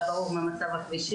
לא היה ברור מה מצב הכבישים.